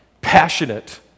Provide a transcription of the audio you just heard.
passionate